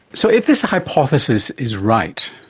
so if this hypothesis is right,